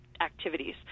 activities